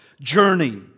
journey